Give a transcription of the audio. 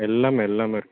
எல்லாமே எல்லாமே இருக்குது